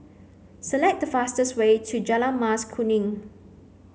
select the fastest way to Jalan Mas Kuning